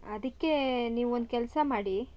ಅದಕ್ಕೆ ನೀವೊಂದು ಕೆಲಸ ಮಾಡಿ